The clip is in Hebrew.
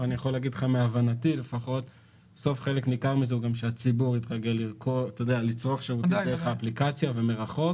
חלק ניכר מזה זה גם שהציבור התרגל לצרוך שירותים דרך האפליקציה מרחוק.